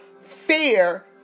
fear